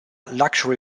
luxury